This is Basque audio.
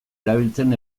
erabiltzen